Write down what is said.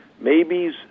maybes